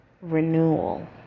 renewal